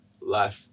life